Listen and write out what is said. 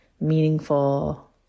meaningful